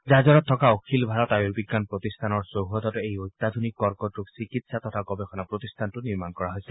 ঝাজৰত থকা অখিল ভাৰত আয়ুৰ্বিজ্ঞান প্ৰতিষ্ঠানৰ চৌহদত এই অত্যাধুনিক কৰ্কট ৰোগ চিকিৎসা তথা গৱেষণা প্ৰতিষ্ঠানটো নিৰ্মাণ কৰা হৈছে